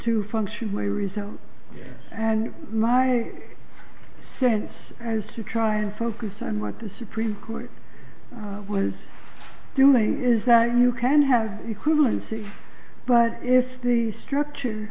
to function my result and my sense as you try and focus on what the supreme court was doing is that you can have equivalency but if the structure